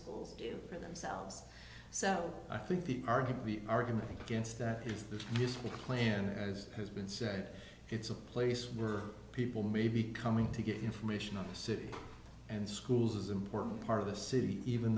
schools do for themselves so i think the argument the argument against that is just the klan as has been said it's a place where people may be coming to get information on the city and schools is an important part of the city even